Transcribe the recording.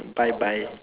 bye bye